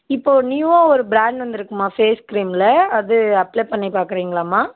இப்போ நியூவாக ஒரு ப்ராண்ட் வந்துருக்கும்மா ஃபேஸ் க்ரீம்மில் அது அப்ளை பண்ணிப் பார்க்குறீங்களாம்மா